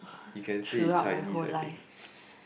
you can say is Chinese I think